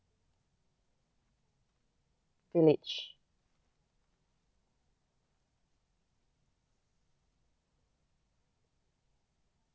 village